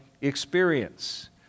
experience